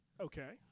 Okay